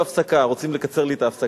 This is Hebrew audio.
אני מורה בהפסקה, רוצים לקצר לי את ההפסקה.